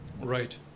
Right।